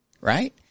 right